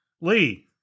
Lee